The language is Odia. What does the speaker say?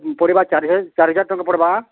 ପରିବା ଚାର୍ ହଜାର୍ ଚାର୍ ହଜାର୍ ଟଙ୍କା ପଡ଼୍ବା